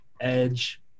edge